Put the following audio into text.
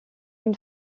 une